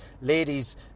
ladies